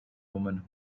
women